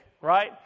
right